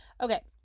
Okay